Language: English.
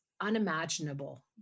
unimaginable